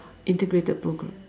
integrated program